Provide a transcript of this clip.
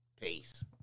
peace